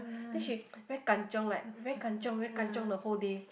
then she very kanchiong like very kanchiong very kanchiong the whole day